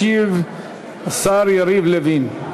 ישיב השר יריב לוין.